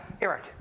Eric